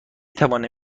توانم